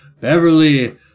Beverly